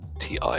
Ti